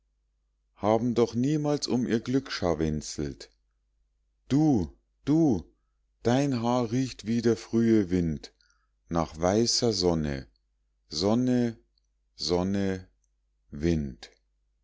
haben noch niemals um ihr glück scharwenzelt du du dein haar riecht wie der frühe wind nach weißer sonne sonne sonne wind